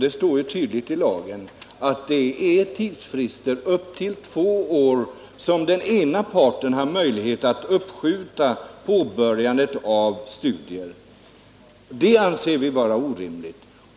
Det står ju tydligt i lagen att den ena parten har möjlighet att uppskjuta påbörjandet av studier under en tidsfrist upp till två år. Detta anser vi vara orimligt.